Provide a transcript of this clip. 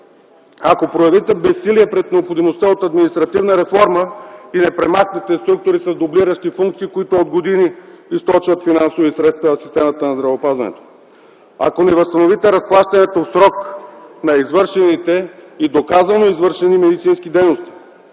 Ако проявите безсилие пред необходимостта от административна реформа и не премахнете структурите с дублиращи функции, които от години източват финансови средства в системата на здравеопазването. Ако не възстановите разплащането в срок на извършените и доказано извършените медицински дейности.